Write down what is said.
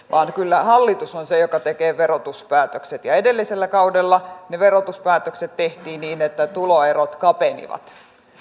vaan kyllä hallitus on se joka tekee verotuspäätökset ja edellisellä kaudella ne verotuspäätökset tehtiin niin että tuloerot kapenivat